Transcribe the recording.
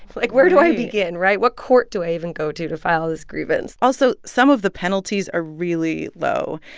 like, where do i begin, right? what court do i even go to to file this grievance? also, some of the penalties are really low.